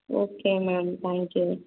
okay ma'am thank you